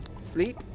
sleep